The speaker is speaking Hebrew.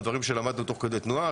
דברים שלמדנו תוך כדי תנועה.